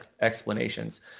explanations